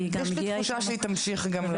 והיא גם הגיעה --- יש לי תחושה שהיא תמשיך גם,